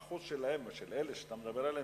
האחוז של אלה שאתה מדבר עליהם,